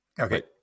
okay